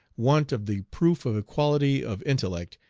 want of the proof of equality of intellect,